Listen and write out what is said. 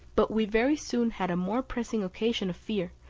but we very soon had a more pressing occasion of fear,